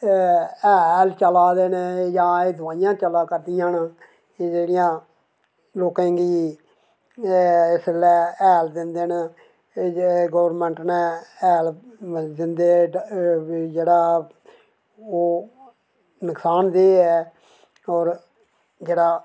हैल चला दे न जां एह् दोआइयां चला करदियां न एह् जियां लोकें दी एह् इसलै हैल दिंदे न एह् इयै गौरमैंट नै दिंदे न जेह्ड़ा नुक्सान बी ऐ जेह्ड़ा